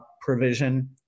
provision